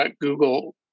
Google